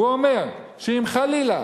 והוא אומר שאם חלילה